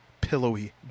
pillowy